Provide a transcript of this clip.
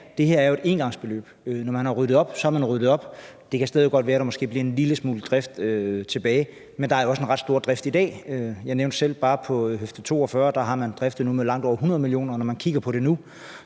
svarede også ja til det. Når man har ryddet op, har man ryddet op. Det kan godt være, at der måske stadig bliver en lille smule drift tilbage, men der er jo også en ret stor drift i dag. Jeg nævnte selv, at bare på høfde 42 har man nu driftet for langt over 100 mio. kr., og når man kigger på det nu,